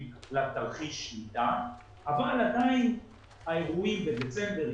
לתרחיש שליטה אבל עדיין האירועים בדצמבר,